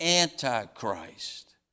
Antichrist